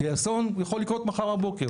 כי יכול לקרות אסון מחר בבוקר.